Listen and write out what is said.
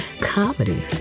comedy